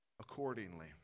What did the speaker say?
accordingly